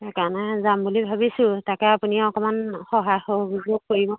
সেইকাৰণে যাম বুলি ভাবিছোঁ তাকে আপুনি অকমান সহায় সহযোগ কৰিব